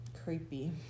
creepy